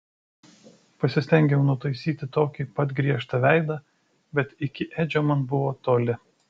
pasistengiau nutaisyti tokį pat griežtą veidą bet iki edžio man buvo toli